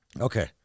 Okay